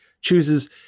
chooses